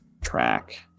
track